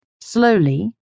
Slowly